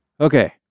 Okay